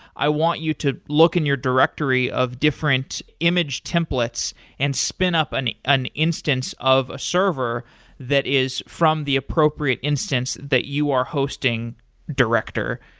i want you to look in your directory of different image templates and spin up an an instance of a server that is from the appropriate instance that you are hosting director,